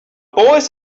boys